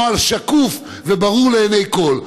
נוהל שקוף וברור לעיני כול.